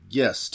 yes